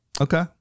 Okay